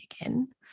again